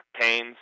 pains